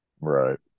Right